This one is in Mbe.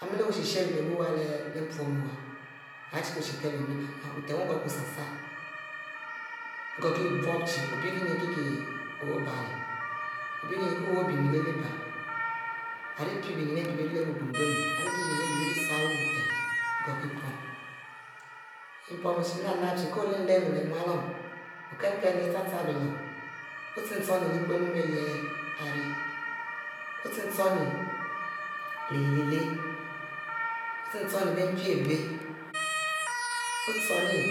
Ari mele wu shera-shera leh wu luome oghokbiu chic kie-kich obem lele bile ari pie bie nyin arie bie rie leh aniginu bie nyin kie biesaluu butem ighokic pom, yah pomu vhie nap-nap chie kolermu leh mualuon kinn-kim yeh ichiep chiep ibong, ochinn-chinne leh kumua ari ire ochinneleh yieh leh ochinne bic mpi abic ochinn